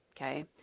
Okay